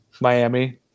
Miami